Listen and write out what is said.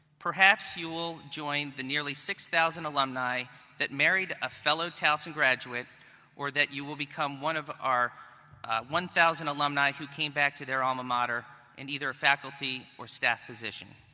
perhaps you will join the nearly six thousand alumni that married a fellow towson graduate or that you will become one of our one thousand alumni who came back to their alma mater in either a faculty or staff position.